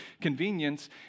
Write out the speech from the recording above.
convenience